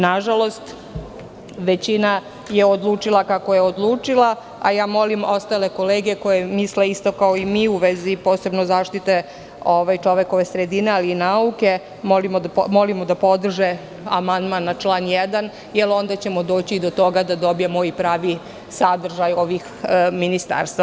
Nažalost, većina je odlučila kako je odlučila, a ja molim ostale kolege koji misle isto kao i mi, u vezi posebno zaštite čovekove sredine, ali i nauke, da podrže amandman na član 1, jer onda ćemo doći do toga da dobijemo pravi sadržaj ovih ministarstva.